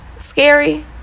scary